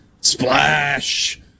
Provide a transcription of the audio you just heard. splash